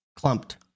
Clumped